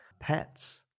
pets